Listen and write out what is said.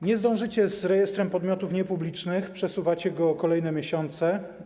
Nie zdążycie z rejestrem podmiotów niepublicznych, przesuwacie to o kolejne miesiące.